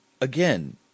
again